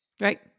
Right